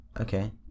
Okay